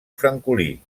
francolí